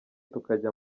tukajya